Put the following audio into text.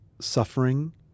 suffering